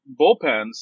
bullpens